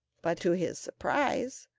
but, to his surprise,